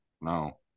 No